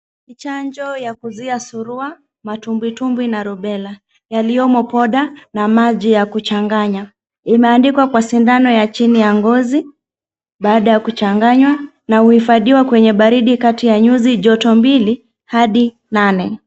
Ni chanjo ya kuzuia surua, matumbwitumbwi na rubela. Yaliyomo poda na maji ya kuchanganya. Imeandikwa kwa sindano ya chini ya ngozi baada ya kuchanganywa na huhufadhiwa kwenye baridi kati ya nyuzi joto mbili hadi nane.